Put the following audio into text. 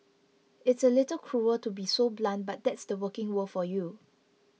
it's a little cruel to be so blunt but that's the working world for you